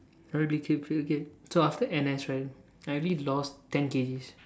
how I became fit so after N_S right I already lost ten K_G